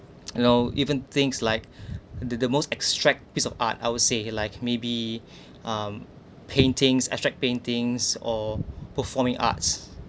you know even things like the the most extract piece of art I would say like maybe um paintings abstract paintings or performing arts